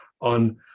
on